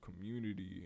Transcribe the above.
community